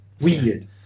weird